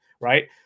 Right